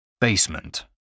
Basement